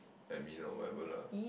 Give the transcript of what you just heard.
admin or whatever lah